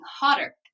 hotter